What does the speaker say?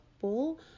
full